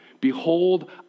Behold